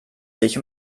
sich